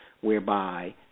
whereby